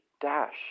dash